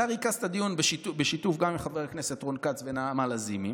אתה ריכזת דיון בשיתוף חבר הכנסת רון כץ ונעמה לזימי,